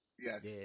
Yes